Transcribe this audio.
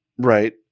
right